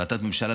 החלטת ממשלה,